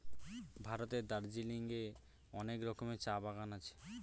ভারতের দার্জিলিং এ অনেক রকমের চা বাগান আছে